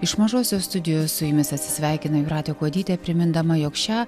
iš mažosios studijos su jumis atsisveikina jūratė kuodytė primindama jog šią